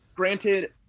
Granted